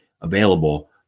available